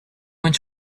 want